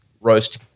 Roast